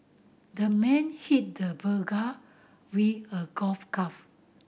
the man hit the burglar with a golf club